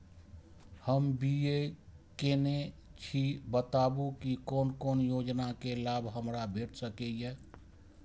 हम बी.ए केनै छी बताबु की कोन कोन योजना के लाभ हमरा भेट सकै ये?